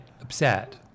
upset